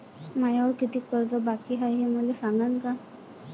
मायावर कितीक कर्ज बाकी हाय, हे मले सांगान का?